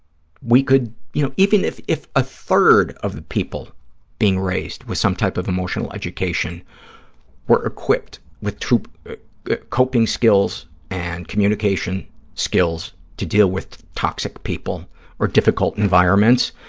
we could, you know, even if if a third of the people being raised with some type of emotional education were equipped with coping skills and communication skills to deal with toxic people or difficult environments,